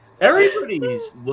Everybody's